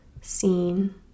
seen